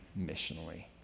missionally